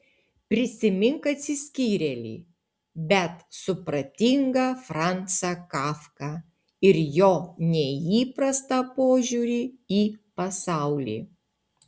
prisimink atsiskyrėlį bet supratingą francą kafką ir jo neįprastą požiūrį į pasaulį